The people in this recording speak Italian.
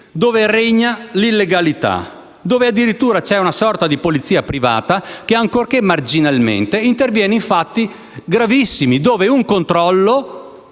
dove regna l'illegalità, dove c'è addirittura una sorta di polizia privata che, ancorché marginalmente, interviene in fatti gravissimi, dove un controllo